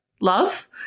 love